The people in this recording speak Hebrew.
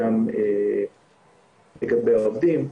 גם לגבי העובדים,